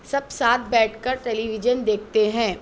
سب ساتھ بیٹھ کر ٹیلی ویژن دیکھتے ہیں